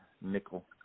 nickel